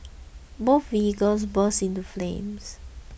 both vehicles burst into flames